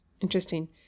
Interesting